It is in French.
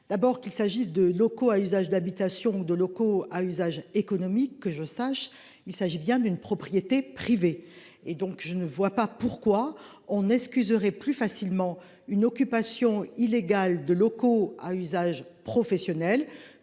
d'abord qu'il s'agisse de locaux à usage d'habitation de locaux à usage économique que je sache, il s'agit bien d'une propriété privée et donc je ne vois pas pourquoi on excuserait plus facilement une occupation illégale de locaux à usage professionnel